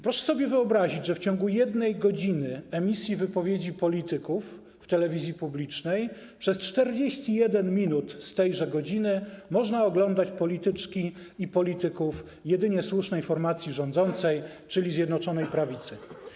Proszę sobie wyobrazić, że w ciągu 1 godziny emisji wypowiedzi polityków w telewizji publicznej przez 41 minut z tejże godziny można oglądać polityczki i polityków jedynie słusznej formacji rządzącej, czyli Zjednoczonej Prawicy.